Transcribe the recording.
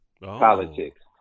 politics